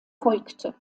folgte